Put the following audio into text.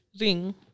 ring